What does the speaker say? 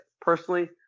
Personally